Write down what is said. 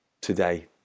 today